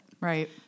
Right